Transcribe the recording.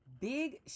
big